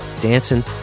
Dancing